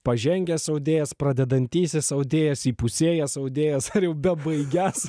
pažengęs audėjas pradedantysis audėjas įpusėjęs audėjas ar jau bebaigiąs